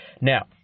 Now